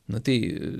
nu tai